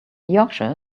yorkshire